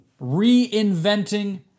reinventing